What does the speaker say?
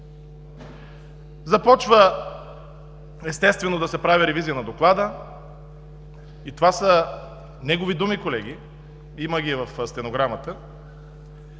Започва естествено да се прави ревизия на доклада. Това са негови думи, колеги, има ги в стенограмата.